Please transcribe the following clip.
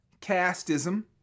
casteism